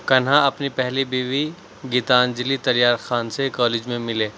کنہا اپنی پہلی بیوی گیتانجلی تلیار خان سے کالج میں ملے